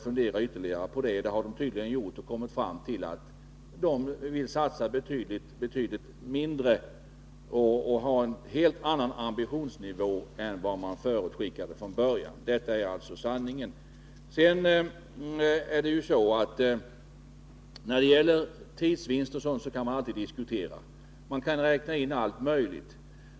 Man har tydligen kommit fram till att man vill satsa betydligt mindre och hålla en helt annan ambitionsnivå än vad man förutskickade från början. Detta är alltså sanningen. Sedan är det naturligtvis så, att man när det gäller tidsvinster alltid kan föra en diskussion där man kan räkna in allt möjligt.